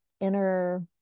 inner